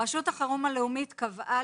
רשות החירום הלאומית קבעה,